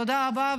תודה רבה,